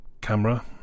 camera